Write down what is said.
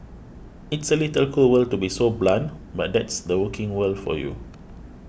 it's a little cruel to be so blunt but that's the working world for you